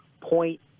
point